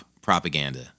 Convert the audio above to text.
propaganda